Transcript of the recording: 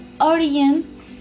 origin